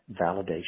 validation